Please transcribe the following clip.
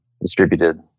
distributed